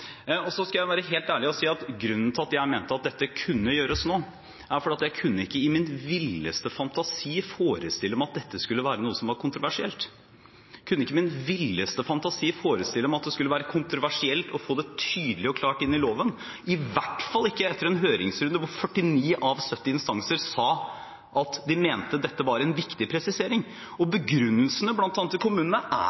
senere. Så skal jeg være helt ærlig og si at grunnen til at jeg mente at dette kunne gjøres nå, er at jeg ikke i min villeste fantasi kunne forestille meg at dette skulle være noe som var kontroversielt. Jeg kunne ikke i min villeste fantasi forestille meg at det skulle være kontroversielt å få det tydelig og klart inn i loven, i hvert fall ikke etter en høringsrunde der 49 av 70 instanser sa at de mente dette var en viktig presisering. Og begrunnelsen bl.a. i kommunene er